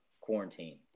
quarantine